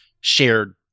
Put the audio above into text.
shared